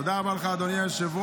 תודה רבה לך, אדוני היושב-ראש.